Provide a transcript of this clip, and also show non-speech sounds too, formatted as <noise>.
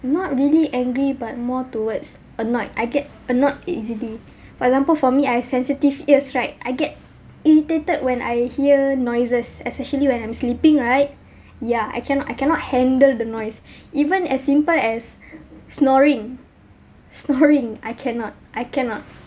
not really angry but more towards annoyed I get annoyed easily for example for me I sensitive ears right I get irritated when I hear noises especially when I'm sleeping right yeah I cannot I cannot handle the noise even as simple as <breath> snoring snoring I cannot I cannot